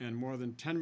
and more than ten